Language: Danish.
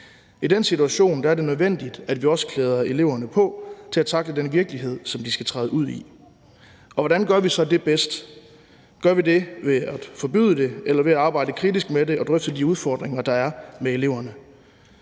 I den situation er det nødvendigt, at vi også klæder eleverne på til at tackle den virkelighed, som de skal træde ud i. Og hvordan gør vi så det bedst? Gør vi det ved at forbyde det eller ved at arbejde kritisk med det og drøfte de udfordringer, der er, med eleverne?